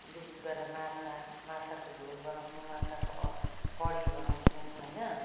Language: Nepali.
विशेष गरेर माछा माछाको झोल बनाउँछौँ माछाको करी बनाउँछौँ होइन